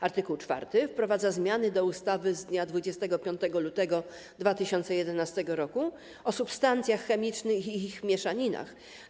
Art. 4 wprowadza zmiany do ustawy z dnia 25 lutego 2011 r. o substancjach chemicznych i ich mieszaninach.